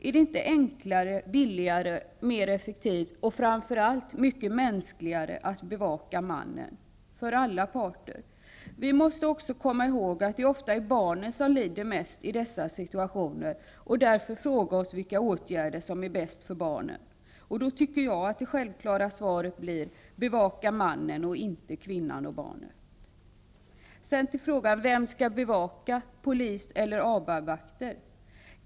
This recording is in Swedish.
Är det inte -- för alla parter -- enklare, billigare, mer effektivt och framför allt mycket mänskligare att bevaka mannen? Vi måste också komma ihåg att det ofta är barnen som lider mest i dessa situationer och därför fråga oss vilka åtgärder som är bäst för barnen. Enligt min mening är då det självklara svaret: Bevaka mannen, inte kvinnan och barnen. Vem skall bevaka, polis eller ABAB-vakter?